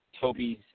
Toby's